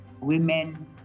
Women